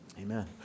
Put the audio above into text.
Amen